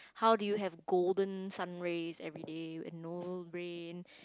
how do you have golden sun rays everyday and no rain